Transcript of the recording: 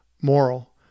moral